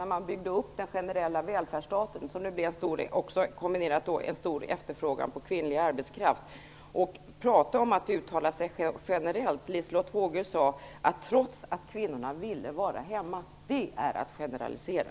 När man byggde upp den generella välfärdsstaten, blev det stor efterfrågan på kvinnlig arbetskraft. Tala om att uttala sig generellt! Liselotte Wågö sade "trots att kvinnorna själva egentligen ville vara hemma". Det är att generalisera.